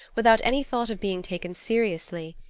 without any thought of being taken seriously.